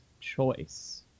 choice